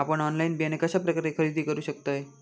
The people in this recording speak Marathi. आपन ऑनलाइन बियाणे कश्या प्रकारे खरेदी करू शकतय?